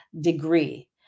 degree